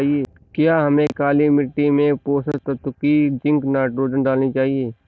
क्या हमें काली मिट्टी में पोषक तत्व की जिंक नाइट्रोजन डालनी चाहिए?